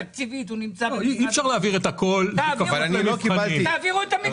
נמצא, תעבירו את המקדמות.